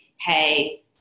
hey